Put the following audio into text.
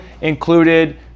included